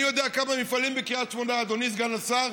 אני יודע כמה מפעלים בקריית שמונה, אדוני סגן השר,